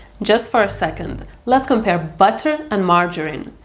just for a second, let's compare butter and margarine.